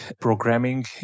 programming